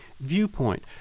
viewpoint